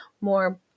more